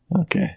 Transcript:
Okay